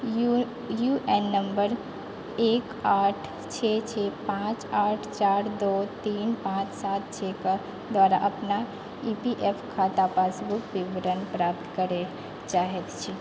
U UAN number एक आठ छओ छओ पांँच आठ चारि दो तीन पांँच सात छओ कऽ द्वारा अपना ईपीएफ खाता पासबुक विवरण प्राप्त करे चाहैत छी